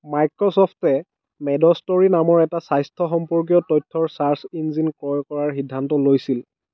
মাইক্ৰছ'ফ্টে Medstory নামৰ এটা স্বাস্থ্য সম্পৰ্কীয় তথ্যৰ চাৰ্ছ ইঞ্জিন ক্ৰয় কৰাৰ সিদ্ধান্ত লৈছিল